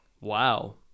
Wow